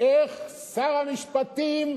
איך שר המשפטים,